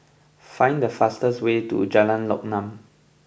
find the fastest way to Jalan Lokam